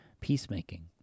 peacemaking